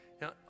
Now